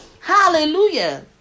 hallelujah